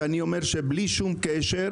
ואני אומר שבלי שום קשר,